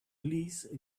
please